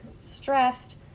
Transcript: stressed